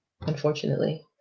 unfortunately